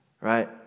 right